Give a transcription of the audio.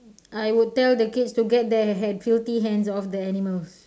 I would tell the kids to get their filthy hands off the animals